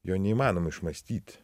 jo neįmanoma išmąstyt